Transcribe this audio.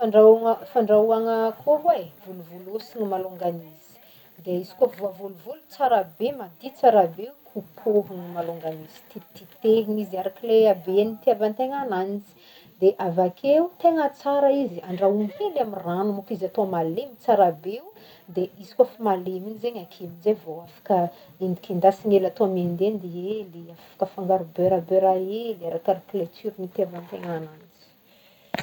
Fandrahoana- fandrahoagna akoho e volosana malongany izy de izy koa voavolivoly tsara be madio tsara be kopohigny malongany izy titititehigna izy arak'ilay habeany itiavan'tegna agnanjy de avakeo tegna tsara izy andrahoigny hely amy rano mô ko izy atao malemy tsara be o de izy kofa malemy igny zegny ake amjay vao afaka endikendasigna ela atao miendiendy hely afaka afangaro beurre beurre hely arakarak'le tsiro itiavan'tegna agnanjy.